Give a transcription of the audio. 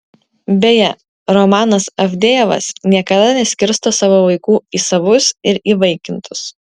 beje romanas avdejevas niekada neskirsto savo vaikų į savus ir įvaikintus